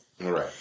Right